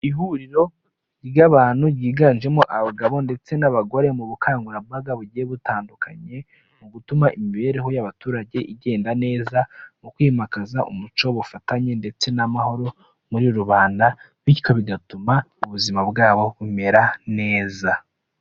Ihuriro ry'abantu ryiganjemo abagabo ndetse n'abagore mu bukangurambaga bugiye butandukanye, mu gutuma imibereho y'abaturage igenda neza, mu kwimakaza umuco wubufatanye ndetse n'amahoro muri rubanda, bityo bigatuma ubuzima bwabo bumera neza.